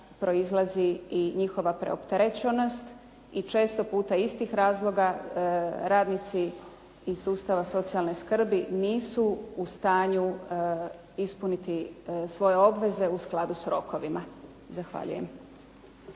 proizlazi i njihova preopterećenost i često puta iz tih razloga radnici iz sustava socijalne skrbi nisu u stanju ispuniti svoje obveze u skladu s rokovima. Zahvaljujem.